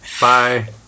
Bye